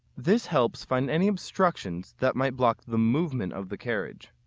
this helps find any obstructions that might block the movement of the carriage.